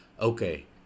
okay